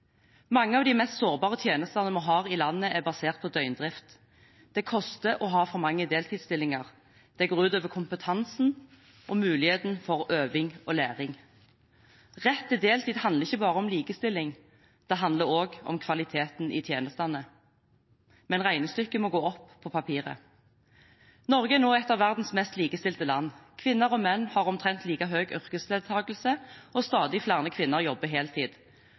Mange av de mest sårbare tjenestene vi har i landet, er basert på døgndrift. Det koster å ha for mange deltidsstillinger. Det går ut over kompetansen og muligheten for øving og læring. Rett til heltid handler ikke bare om likestilling, det handler også om kvaliteten i tjenestene. Men regnestykket må gå opp på papiret. Norge er nå et av verdens mest likestilte land. Kvinner og menn har omtrent like høy yrkesdeltakelse, og stadig flere kvinner jobber